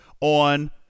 on